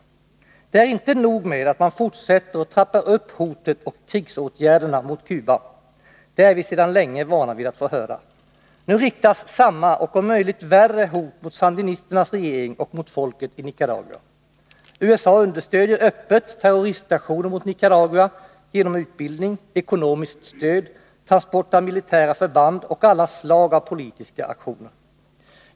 Det är inte nog med att man fortsätter att trappa upp hotet och krigsåtgärderna mot Kuba. Det är vi sedan länge vana vid att höra. Nu riktas samma och om möjligt värre hot mot sandinisternas regering och mot folket i Nicaragua. USA understödjer öppet terroristaktioner mot Nicaragua genom utbildning, ekonomiskt stöd, transporter av militära förband och alla slag av politiska aktioner.